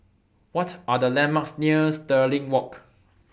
What Are The landmarks near Stirling Walk